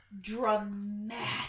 dramatic